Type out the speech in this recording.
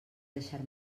deixar